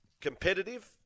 competitive